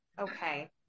Okay